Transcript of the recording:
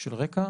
של רקע.